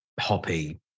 hoppy